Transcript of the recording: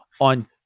on